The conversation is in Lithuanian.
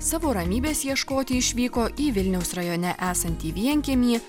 savo ramybės ieškoti išvyko į vilniaus rajone esantį vienkiemį